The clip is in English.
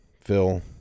Phil